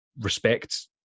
respect